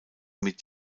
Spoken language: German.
mit